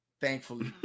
Thankfully